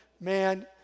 man